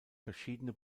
verschiedene